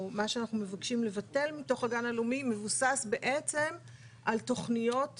או מה שאנחנו מבקשים לבטל מתוך הגן הלאומי מבוסס בעצם על תכניות קיימות.